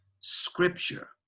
scripture